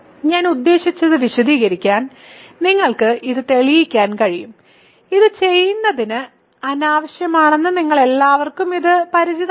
ഞാൻ ഉദ്ദേശിച്ചത് വിശദീകരിക്കാൻ നിങ്ങൾക്ക് ഇത് തെളിയിക്കാൻ കഴിയും ഇത് ചെയ്യുന്നത് അനാവശ്യമാണെന്ന് നിങ്ങൾ എല്ലാവർക്കും ഇത് പരിചിതമാണ്